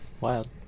wild